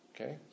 Okay